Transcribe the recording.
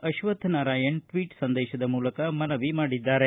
ಅಶ್ವಥ್ ನಾರಾಯಣ ಟ್ನೀಟ್ ಸಂದೇಶದ ಮೂಲಕ ಮನವಿ ಮಾಡಿದ್ದಾರೆ